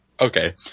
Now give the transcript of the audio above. Okay